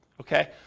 Okay